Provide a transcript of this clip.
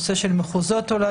אולי